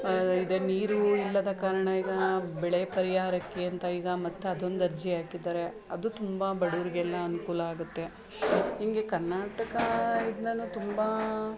ಈಗ ನೀರು ಇಲ್ಲದ ಕಾರಣ ಈಗ ಬೆಳೆ ಪರಿಹಾರಕ್ಕೆ ಅಂತ ಈಗ ಮತ್ತು ಅದೊಂದು ಅರ್ಜಿ ಹಾಕಿದ್ದಾರೆ ಅದು ತುಂಬ ಬಡವರಿಗೆಲ್ಲ ಅನುಕೂಲ ಆಗುತ್ತೆ ಹಿಂಗೇ ಕರ್ನಾಟಕ ಇದ್ರಲ್ಲೂ ತುಂಬ